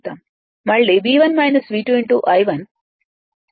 మళ్ళీ I1 మళ్ళీ 100 1000